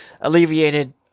alleviated